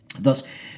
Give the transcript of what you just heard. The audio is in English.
Thus